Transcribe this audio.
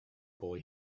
boy